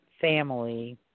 family